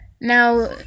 Now